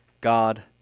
God